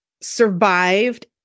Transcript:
survived